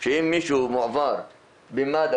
שאם מישהו מועבר במד"א,